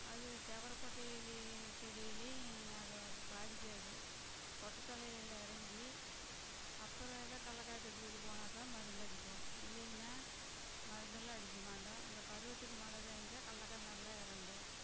அது துவரக்கொட்டையில் செடியிலையும் அதை பாதிக்காது கொட்டைத்தழையில இறங்கி அப்புறோம் எதோ கடலக்காட்டுக்கு இது போனாத்தான் மருந்தடிப்போம் இல்லையின்னா மருந்தெல்லாம் அடிக்க மாட்டோம் அந்த பருவத்துக்கு மழை பேஞ்சால் கடல்லக்கன்னெல்லாம் இறங்கும்